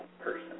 person